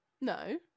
No